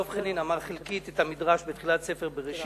דב חנין אמר חלקית את המדרש בתחילת ספר בראשית.